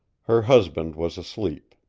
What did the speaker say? her husband was asleep.